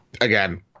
Again